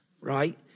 right